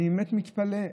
אני באמת מתפלא.